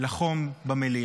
לחום במליאה.